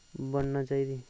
बनना चाहिदी